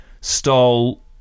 stole